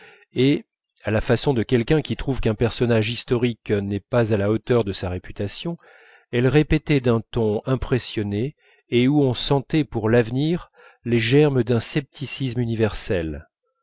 et à la façon de quelqu'un qui trouve qu'un personnage historique n'est pas à la hauteur de sa réputation elle répétait d'un ton impressionné et où on sentait pour l'avenir les germes d'un scepticisme universel